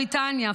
בריטניה,